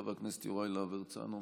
חבר הכנסת יוראי להב הרצנו,